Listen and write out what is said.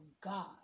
God